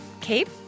Cape